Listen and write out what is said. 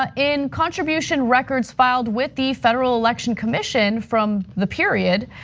ah in contribution records filed with the federal election commission from the period,